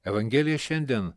evangelija šiandien